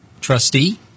trustee